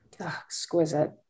Exquisite